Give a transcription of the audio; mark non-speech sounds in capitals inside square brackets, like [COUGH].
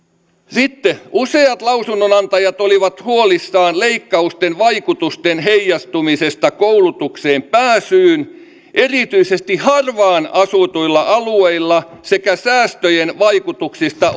sitten useat lausunnonantajat olivat huolissaan leikkausten vaikutusten heijastumisesta koulutukseen pääsyyn erityisesti harvaan asutuilla alueilla sekä säästöjen vaikutuksista [UNINTELLIGIBLE]